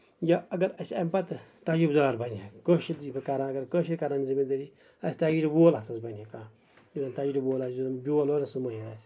یا اَگر اَسہِ اَمہِ پَتہٕ تَجرُبہٕ دار بَنہِ ہا کٲشُر اَگر کران اگر کٲشرۍ کَرن زٔمین دٲری اَسہِ تَگہِ ہا وُہ لَفٕظ بَنہِ ہا کیٚنٛہہ یُس تِجرُبہٕ وول آسہِ یُس زن بیول ویول اصٕل ویہِ ہا اسہِ